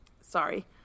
Sorry